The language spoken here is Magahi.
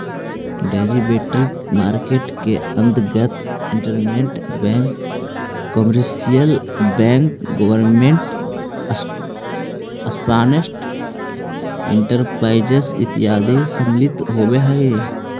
डेरिवेटिव मार्केट के अंतर्गत investment bank commercial bank government sponsored enterprises इत्यादि सम्मिलित होवऽ हइ